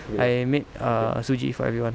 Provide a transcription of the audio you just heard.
I made err err suji for everyone